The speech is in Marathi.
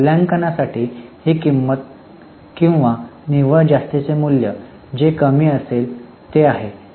तर मूल्यांकनासाठी ही किंमत किंवा निव्वळ जास्तीचे मूल्य जे जे कमी असेल ते आहे